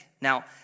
Now